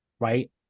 Right